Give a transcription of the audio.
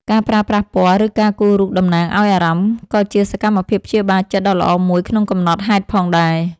ការប្រើប្រាស់ពណ៌ ឬការគូររូបតំណាងឱ្យអារម្មណ៍ ក៏ជាសកម្មភាពព្យាបាលចិត្តដ៏ល្អមួយក្នុងកំណត់ហេតុផងដែរ។